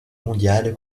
mondiales